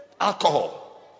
Alcohol